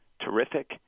terrific